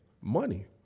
money